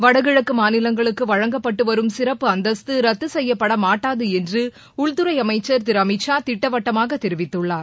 வடகிழக்கு மாநிலங்களுக்கு வழங்கப்பட்டு வரும் சிறப்பு அந்தஸ்து ரத்து செய்யப்பட மாட்டாது என்று உள்துறை அமைச்சர் திரு அமித்ஷா திட்டவட்டமாக தெரிவித்துள்ளார்